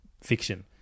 Fiction